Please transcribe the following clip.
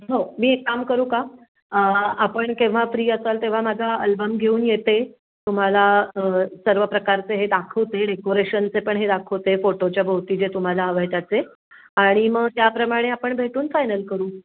हो मी एक काम करू का आपण केव्हा फ्री असाल तेव्हा माझा अल्बम घेऊन येते तुम्हाला सर्व प्रकारचे हे दाखवते डेकोरेशनचे पण हे दाखवते फोटोच्या भोवती जे तुम्हाला हवं आहे त्याचे आणि मग त्याप्रमाणे आपण भेटून फायनल करू